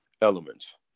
elements